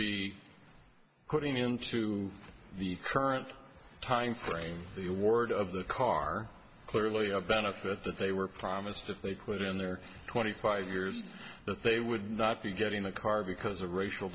be putting into the current time frame the award of the car clearly a benefit that they were promised if they quit in their twenty five years that they would not be getting a car because of racial